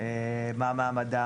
ברור מה מעמדם,